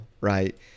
right